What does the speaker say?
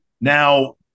Now –